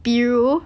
比如